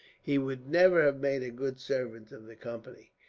he would never have made a good servant of the company,